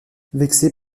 vexé